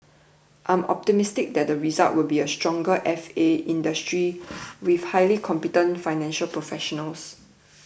I am optimistic that the result will be a stronger F A industry with highly competent financial professionals